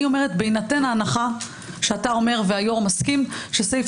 בהינתן ההנחה שאתה אומר והיו"ר מסכים שסעיף